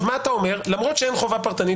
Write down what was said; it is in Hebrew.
מה אומרת בקי למרות שאין חובה פרטנית,